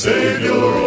Savior